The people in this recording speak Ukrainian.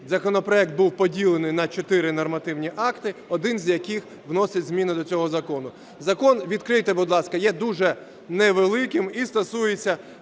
законопроект був поділений на чотири нормативні акти, один з яких вносить зміни до цього закону. Закон (відкрийте, будь ласка) є дуже невеликим і стосується